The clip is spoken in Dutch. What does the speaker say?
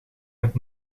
met